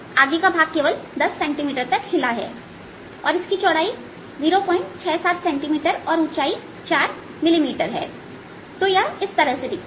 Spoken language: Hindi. आगे का भाग केवल 10 सेंटीमीटर हिला है और इसकी चौड़ाई 067 सेंटीमीटर और ऊंचाई 4 मिलीमीटर है तो यह इस तरह से दिखती हैं